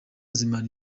zimara